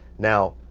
now,